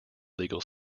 legal